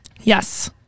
yes